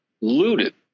looted